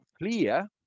clear